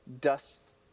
dusts